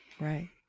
right